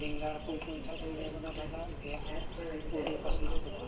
ᱵᱮᱸᱜᱟᱲ ᱠᱚᱢ ᱯᱩᱭ ᱠᱷᱟᱱ ᱤᱭᱟᱹ ᱠᱚᱫᱚ ᱞᱟᱜᱟᱜ ᱜᱮᱭᱟ ᱠᱩᱰᱤ ᱯᱟᱥᱱᱟ ᱠᱚᱫᱚ